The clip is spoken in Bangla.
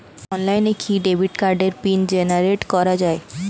অনলাইনে কি ডেবিট কার্ডের পিন জেনারেট করা যায়?